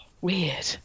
Weird